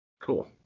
Cool